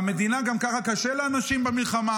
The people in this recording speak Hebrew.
גם ככה קשה לאנשים במלחמה,